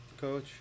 coach